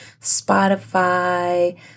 Spotify